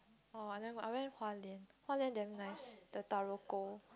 orh I never go I went Hualien Hualien damn nice the Taroko